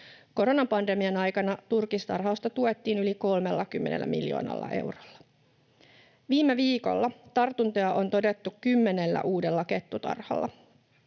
Koronapandemian aikana turkistarhausta tuettiin yli 30 miljoonalla eurolla. Viime viikolla tartuntoja on todettu kymmenellä uudella kettutarhalla.